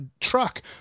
truck